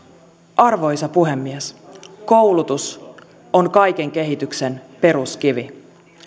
arvoisa puhemies koulutus on kaiken kehityksen peruskivi